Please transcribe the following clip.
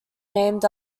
named